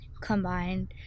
combined